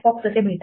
"असे मिळते